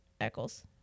Eccles